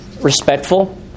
respectful